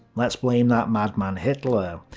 let's blame that madman hitler,